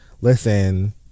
listen